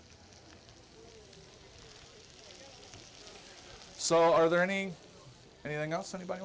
bit so are there any anything else anybody